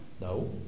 No